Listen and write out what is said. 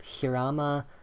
Hirama